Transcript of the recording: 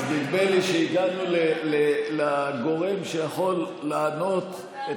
אז נדמה לי שהגענו לגורם שיכול לתת את